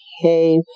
hey